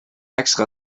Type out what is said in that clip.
extra